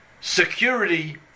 security